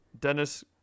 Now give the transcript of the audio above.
Dennis